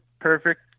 perfect